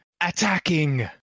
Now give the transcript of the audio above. attacking